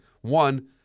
one